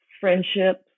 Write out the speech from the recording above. friendships